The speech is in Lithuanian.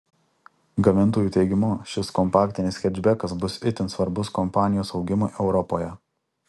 gamintojų teigimu šis kompaktinis hečbekas bus itin svarbus kompanijos augimui europoje